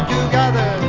together